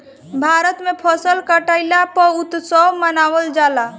भारत में फसल कटईला पअ उत्सव मनावल जाला